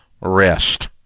rest